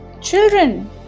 children